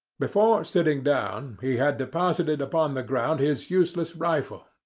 before sitting down, he had deposited upon the ground his useless rifle,